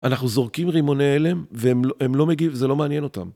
אנחנו זורקים רימוני הלם והם לא מגיב, זה לא מעניין אותם.